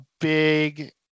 big